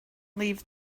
leave